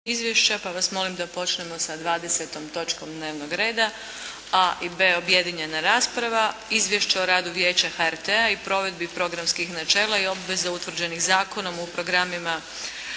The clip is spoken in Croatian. izvješće pa vas molimo da počnemo sa 20. točkom dnevnog reda, a) i b) objedinjena rasprava: - a) Izvješće o radu Vijeća HRT-a i provedbi programskih načela i obveza utvrđenih zakonom u programima